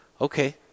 okay